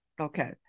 okay